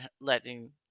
letting